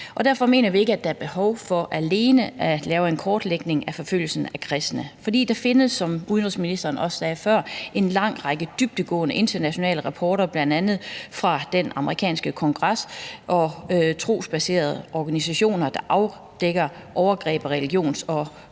Derfor mener vi ikke, at der er behov for alene at lave en kortlægning af forfølgelsen af kristne. For der findes, som udenrigsministeren også sagde før, en lang række dybtgående internationale rapporter, bl.a. fra den amerikanske kongres og fra trosbaserede organisationer, der har afdækket overgreb på religions- og